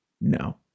No